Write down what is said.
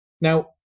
now